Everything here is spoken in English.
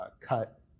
cut